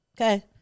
Okay